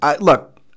Look